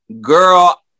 Girl